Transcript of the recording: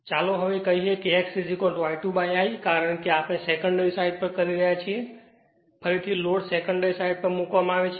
તેથી ચાલો હવે કહીએ કે x I2I કારણ કે આપણે સેકન્ડરી સાઈડ પર કરી રહ્યા છીએ કારણ કે ફરીથી લોડ સેકન્ડરી સાઈડ પર મૂકવામાં આવ્યું છે